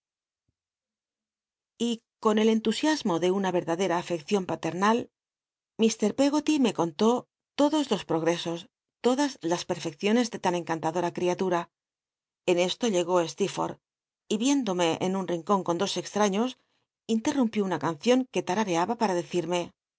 y con el entusiasmo de una etrladcl'a ath cion paternal ljto peggoly me contó todos los ptogtcsos ladas las petfecciones de tan encantadora criatura en esto llegó steel'fottb y viéndome en un rincon con dos extraños interrumpió una cancion que ta ateaha para decir